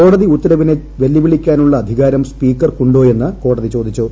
കോടതി ഉത്തരവിനെ വെല്ലുവിളിക്കാനുള്ള അധ്യികാരം സ്പീക്കർക്കുണ്ടോ എന്ന് കോടതി ചോദിച്ചു